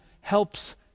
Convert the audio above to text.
helps